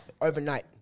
overnight